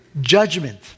judgment